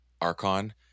Archon